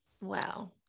Wow